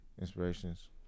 Inspirations